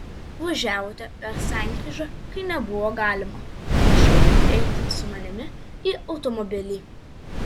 važiavote per sankryžą kai nebuvo galima prašau eiti su manimi į automobilį